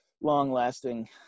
long-lasting